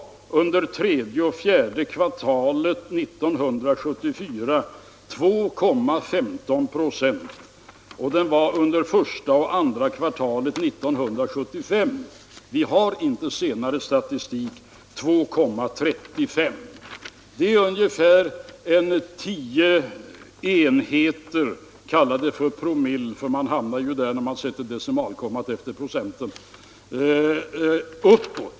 Under tredje och fjärde kvartalen 1974 var den 2,15 96, och under första och andra kvartalen 1975 — vi har inte senare statistik — var den 2,35 96. Det är en ökning på ungefär tio enheter — kalla det för promille, för man hamnar ju där när man sätter decimalkommat efter procenten.